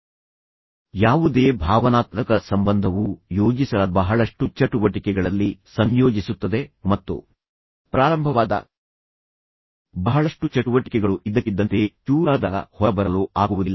ಏಕೆಂದರೆ ನೀವು ಅದರಲ್ಲಿ ತೊಡಗಿರುವ ಯಾವುದೇ ಭಾವನಾತ್ಮಕ ಸಂಬಂಧವು ನಿಮ್ಮನ್ನು ನಿಜವಾಗಿ ಯೋಜಿಸಲಾದ ಬಹಳಷ್ಟು ಚಟುವಟಿಕೆಗಳಲ್ಲಿ ಸಂಯೋಜಿಸುತ್ತದೆ ಮತ್ತು ಪ್ರಾರಂಭವಾದ ಬಹಳಷ್ಟು ಚಟುವಟಿಕೆಗಳು ಇದ್ದಕ್ಕಿದ್ದಂತೆ ಚೂರಾದಾಗ ಹೊರಬರಲು ಆಗುವುದಿಲ್ಲ